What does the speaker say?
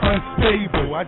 Unstable